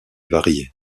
variée